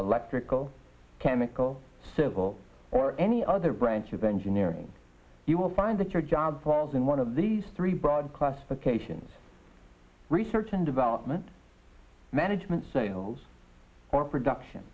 electrical chemical civil or any other branch of engineering you will find that your job falls in one of these three broad classifications research and development management sales or production